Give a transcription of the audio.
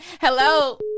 Hello